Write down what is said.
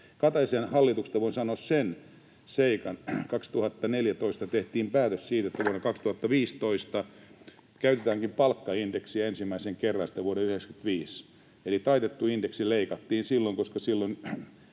Kataisen hallituksesta voin sanoa sen seikan, että 2014 tehtiin päätös siitä, että vuonna 2015 käytetäänkin palkkaindeksiä ensimmäisen kerran sitten vuoden 95. Eli taitettu indeksi leikattiin silloin, koska silloin